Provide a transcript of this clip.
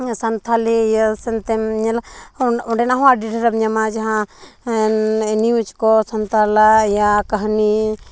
ᱥᱟᱱᱛᱷᱟᱞᱤ ᱤᱭᱟᱹ ᱥᱮ ᱥᱟᱝᱛᱮᱢ ᱧᱮᱞᱟ ᱚᱱ ᱚᱸᱰᱮᱱᱟᱜ ᱦᱚᱸ ᱟᱰᱤ ᱰᱷᱮᱨᱮᱢ ᱟᱧᱟᱢᱟ ᱡᱟᱦᱟᱸ ᱱᱤᱭᱩᱡᱽ ᱠᱚ ᱥᱱᱛᱟᱞᱟᱜ ᱤᱭᱟ ᱠᱟᱦᱱᱤ